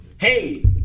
Hey